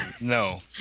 No